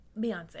Beyonce